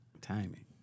Timing